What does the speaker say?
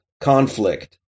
conflict